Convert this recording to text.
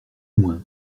moins